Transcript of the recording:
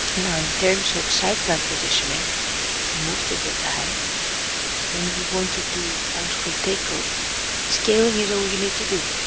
now in terms of site plan positioning most of the time when you want to do on-screen takeoff scaling is all you need to do.